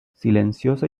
silenciosa